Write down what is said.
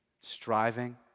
striving